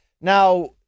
Now